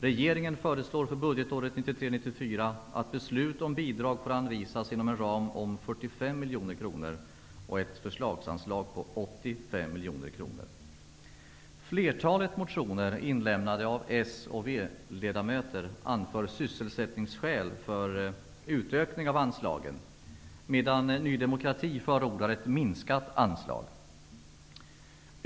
Regeringen föreslår för budgetåret 1993/94 att beslut om bidrag får anvisas inom en ram om 45 miljoner kronor och ett förslagsanslag på 85 miljoner kronor. I flertalet motioner, väckta av socialdemokrater och vänsterpartister, anförs sysselsättningsskäl för utökning av anslagen, medan Ny demokrati förordar ett minskat anslag.